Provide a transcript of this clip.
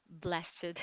blessed